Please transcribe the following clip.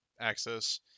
access